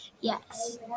yes